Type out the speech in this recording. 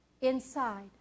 inside